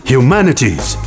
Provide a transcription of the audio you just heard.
Humanities